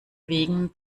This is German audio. wegen